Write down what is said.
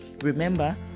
remember